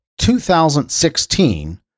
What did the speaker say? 2016